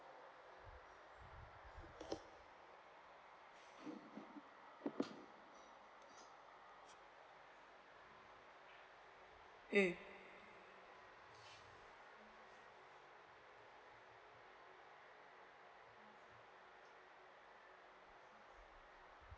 mm